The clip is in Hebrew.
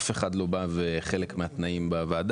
אף אחד לא בא וחלק מהתנאים בוועדה,